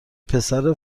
پسر